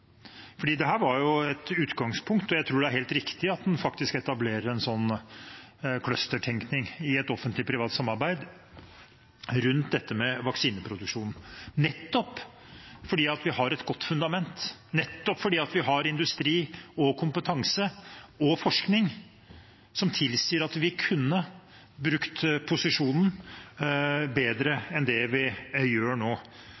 var et utgangspunkt, og jeg tror det er helt riktig at en etablerer en slik cluster-tenkning i et offentlig–privat samarbeid rundt vaksineproduksjon, nettopp fordi vi har et godt fundament, nettopp fordi vi har industri og kompetanse og forskning som tilsier at vi kunne brukt posisjonen bedre enn det vi gjør nå.